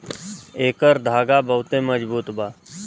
एकर धागा बहुते मजबूत बा